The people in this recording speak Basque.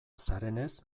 zarenez